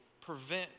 prevent